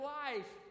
life